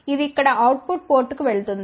ఇది ఇక్కడ output పోర్టుకు వెళుతుంది